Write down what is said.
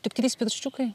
tik trys pirščiukai